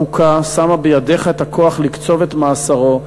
החוקה שמה בידיך את הכוח לקצוב את מאסרו,